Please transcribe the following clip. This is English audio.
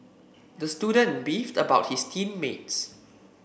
the student beefed about his team mates